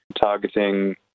targeting